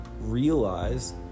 realize